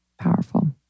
Powerful